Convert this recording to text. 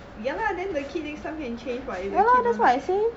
ya lah then next time the kid can change [what] if the kid don't want